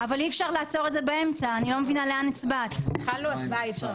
הישיבה ננעלה בשעה 14:07.